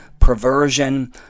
perversion